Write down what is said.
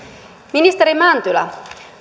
ministeri mäntylä